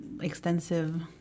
extensive